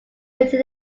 within